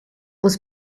was